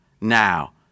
now